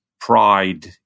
pride